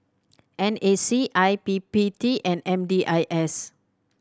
N A C I P P T and M D I S